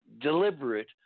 deliberate